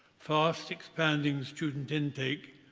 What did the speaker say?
fast expanding student intake,